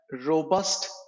robust